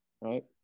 right